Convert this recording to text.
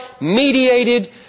mediated